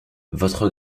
votre